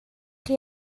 chi